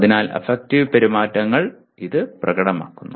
അതിനാൽ അഫക്റ്റീവ് പെരുമാറ്റങ്ങൾ ഇത് പ്രകടമാക്കുന്നു